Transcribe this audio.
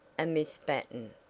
a miss battin.